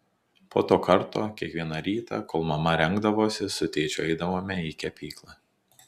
po to karto kiekvieną rytą kol mama rengdavosi su tėčiu eidavome į kepyklą